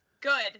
good